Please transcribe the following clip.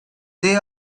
they